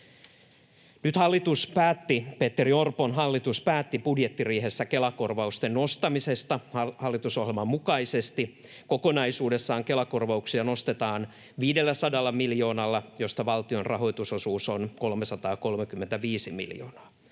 maassamme. Nyt Petteri Orpon hallitus päätti budjettiriihessä Kela-korvausten nostamisesta hallitusohjelman mukaisesti. Kokonaisuudessaan Kela-korvauksia nostetaan 500 miljoonalla, josta valtion rahoitusosuus on 335 miljoonaa.